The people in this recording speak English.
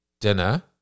dinner